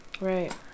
Right